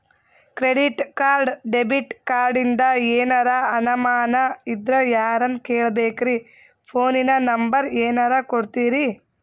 Credit card, debit ಕಾರ್ಡಿಂದ ಏನರ ಅನಮಾನ ಇದ್ರ ಯಾರನ್ ಕೇಳಬೇಕ್ರೀ, ಫೋನಿನ ನಂಬರ ಏನರ ಕೊಡ್ತೀರಿ?